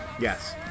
Yes